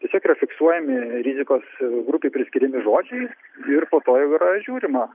tiesiog yra fiksuojami rizikos grupei priskiriami žodžiai ir po to jau yra žiūrima